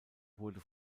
wurde